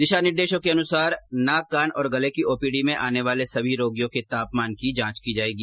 दिशा निर्देशों के अनुसार नाक कान और गले की ओपीडी में आने वाले सभी रोगियों के तापमान की जांच की जाएगी